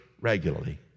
regularly